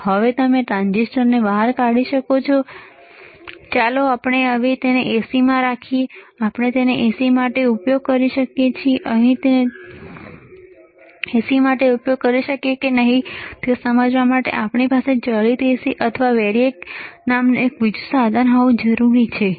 તો હવે તમે આ ટ્રાંઝિસ્ટરને બહાર કાઢી શકો છો ઠીક છે હવે ચાલો આપણે તેને AC માં રાખીએ અને આપણે તેનો AC માટે ઉપયોગ કરી શકીએ કે નહીં તે સમજવા માટે આપણી પાસે ચલિત AC અથવા variac નામનું બીજું સાધન હોવું જરૂરી છે